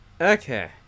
Okay